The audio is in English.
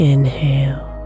Inhale